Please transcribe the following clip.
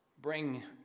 bring